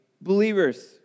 believers